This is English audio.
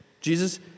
Jesus